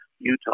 Utah